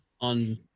on